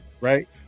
right